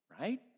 right